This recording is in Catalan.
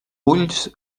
ulls